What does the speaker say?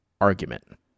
argument